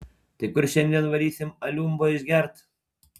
tai kur šiandien varysim aliumbo išgert